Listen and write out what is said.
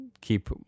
keep